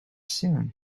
soon